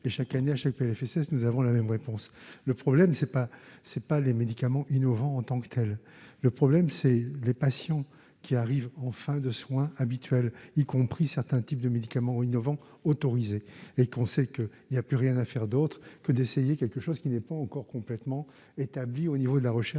chaque année, à chaque Plfss, nous avons la même réponse : le problème c'est pas, c'est pas les médicaments innovants en tant que telle, le problème c'est les patients qui arrivent en fin de soins habituels, y compris certains types de médicaments innovants autorisé et qu'on sait que, il y a plus rien à faire d'autre que d'essayer quelque chose qui n'est pas encore complètement établies au niveau de la recherche